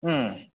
ओम